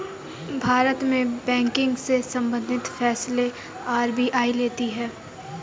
भारत में बैंकिंग से सम्बंधित फैसले आर.बी.आई लेती है